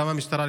גם המשטרה,